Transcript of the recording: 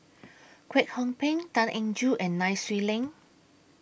Kwek Hong Png Tan Eng Joo and Nai Swee Leng